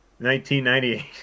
1998